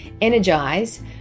Energize